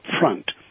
front